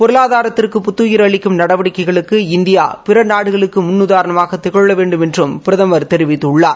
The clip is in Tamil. பொருளாதாரத்திற்கு புத்தயிர் அளிக்கும் நடவடிக்கைகளுக்கு இந்தியா பிற நாடுகளுக்கு முன்னுதாரனமாக திகழ வேண்டுமென்றும் பிரதமர் தெரிவித்துள்ளார்